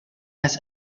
has